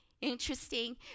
Interesting